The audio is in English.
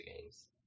games